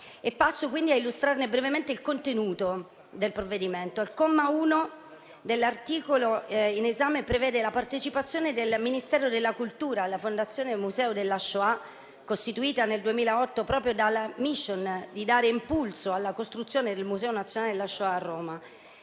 Passo quindi a illustrare brevemente il contenuto del provvedimento. Il comma 1 dell'articolo 1 prevede la partecipazione del Ministero della cultura alla Fondazione Museo della Shoah costituita nel 2008 proprio dalla *mission* di dare impulso alla costruzione del Museo nazionale della Shoah a Roma